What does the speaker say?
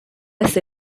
desde